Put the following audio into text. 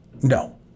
No